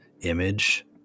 image